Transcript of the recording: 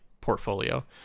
portfolio